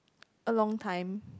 a long time